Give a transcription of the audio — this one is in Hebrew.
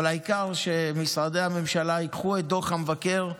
אבל העיקר שמשרדי הממשלה ייקחו את דוח המבקר,